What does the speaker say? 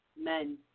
Men